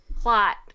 plot